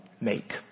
make